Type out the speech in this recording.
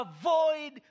avoid